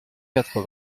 quatre